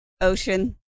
ocean